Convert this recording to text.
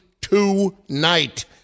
tonight